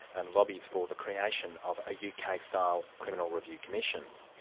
and lobbies for the creation of a uk-style criminal review commission.